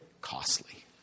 costly